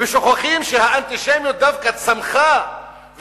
ושוכחים שהאנטישמיות דווקא צמחה,